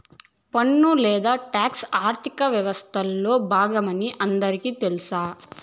పన్ను లేదా టాక్స్ ఆర్థిక వ్యవస్తలో బాగమని అందరికీ తెల్స